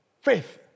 Faith